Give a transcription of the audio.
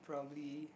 probably